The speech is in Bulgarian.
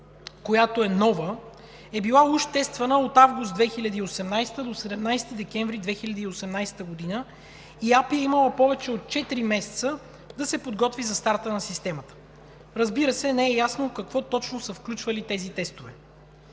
която е нова, е била уж тествана от месец август 2018-а до 17 декември 2018 г. и АПИ е имала повече от четири месеца да се подготви за старта на системата. Разбира се, не е ясно какво точно са включвали тези тестове.